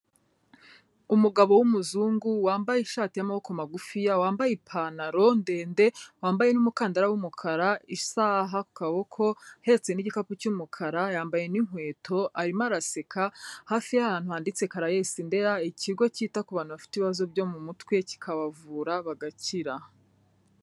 Umugabo w'umuzungu wambaye ishati y'amaboko magufi, wambaye ipantaro ndende, wambaye n'umukandara w'umukara, isaha ku kaboko, ahetse n'igikapu cy'umukara, yambaye n'inkweto, arimo araseka, hafi y'ahantu handitse Caraes Ndera, ikigo cyita ku bantu bafite ibibazo byo mu mutwe, kikabavura bagakira.